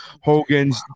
Hogan's